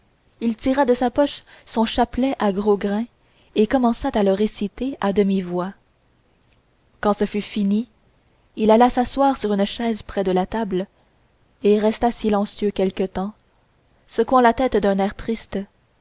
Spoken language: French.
il tira de sa poche son chapelet à gros grains et commença à le réciter à demi-voix quand ce fut fini il alla s'asseoir sur une chaise près de la table et resta silencieux quelque temps secouant la tête d'un air triste